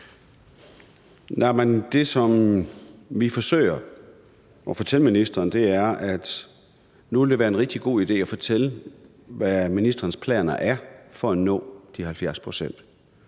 Det, som vi forsøger at fortælle ministeren, er, at det nu vil være en rigtig god idé at fortælle, hvad ministerens planer er for at nå de 70 pct.